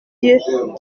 yeux